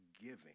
giving